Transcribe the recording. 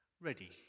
ready